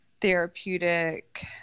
therapeutic